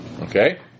okay